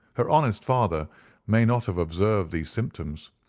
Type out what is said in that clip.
her honest father may not have observed these symptoms,